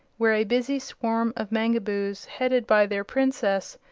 where a busy swarm of mangaboos, headed by their princess,